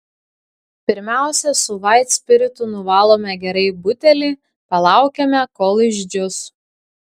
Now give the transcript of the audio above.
pirmiausia su vaitspiritu nuvalome gerai butelį palaukiame kol išdžius